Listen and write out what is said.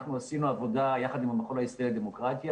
אנחנו עשינו עבודה יחד עם המכון הישראלי לדמוקרטיה,